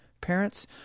Parents